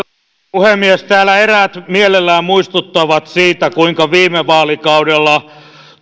puhemies täällä eräät mielellään muistuttavat siitä kuinka viime vaalikaudella